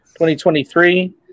2023